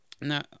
Now